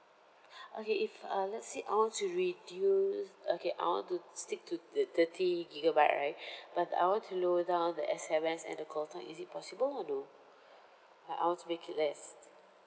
okay if uh let's say I want to reduce okay I want to stick to the thirty gigabyte right but I want to lower down the S_M_S and the call time is it possible or no I I want to make it less